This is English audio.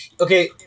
okay